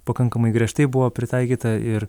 pakankamai griežtai buvo pritaikyta ir